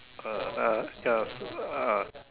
uh ya yes uh